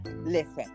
listen